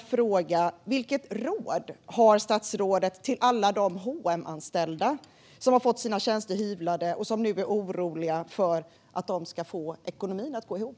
fråga blir därför: Vilket råd har statsrådet till alla de H & M-anställda som har fått sina arbetstider hyvlade och oroar sig för hur de ska få ekonomin att gå ihop?